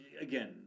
again